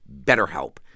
BetterHelp